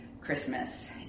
Christmas